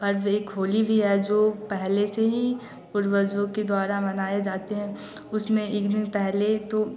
पर वह खोली भी है जो पहले से ही पूर्वजों के द्वारा बनाए जाते हैं उसमें एक दिन पहले तो